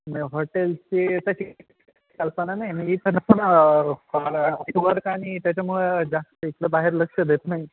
नाही हॉटेलचे त्या कल्पना नाही मी पण फार अ वर का नाही त्याच्यामुळं जास्त इथलं बाहेर लक्ष देत नाही